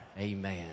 Amen